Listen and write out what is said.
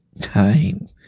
time